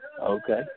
Okay